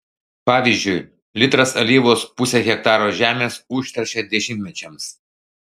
pavyzdžiui litras alyvos pusę hektaro žemės užteršia dešimtmečiams